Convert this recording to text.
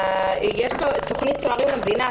יש גם את תוכנית צוערי המדינה,